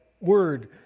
word